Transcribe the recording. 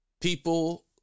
People